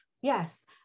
Yes